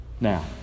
Now